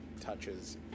touches